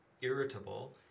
irritable